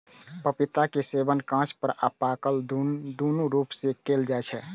पपीता के सेवन कांच आ पाकल, दुनू रूप मे कैल जाइ छै